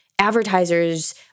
advertisers